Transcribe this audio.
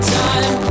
time